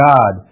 God